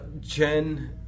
Jen